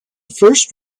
first